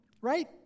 right